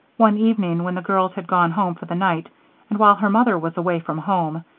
one evening, when the girls had gone home for the night and while her mother was away from home,